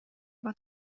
vad